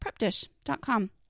PrepDish.com